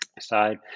side